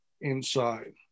inside